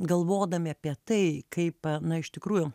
galvodami apie tai kaip na iš tikrųjų